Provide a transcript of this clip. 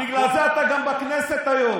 בגלל זה אתה גם בכנסת היום.